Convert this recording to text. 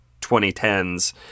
2010s